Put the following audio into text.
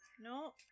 No